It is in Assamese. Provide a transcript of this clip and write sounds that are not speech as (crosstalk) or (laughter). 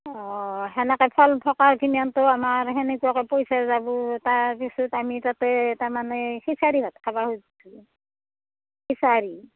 অ সেনেকে ফল থকাখিনিতো আমাৰ সেনেকুৱাকে পইচা যাব তাৰপিছত আমি তাতে তাৰমানে (unintelligible)